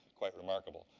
quite remarkable.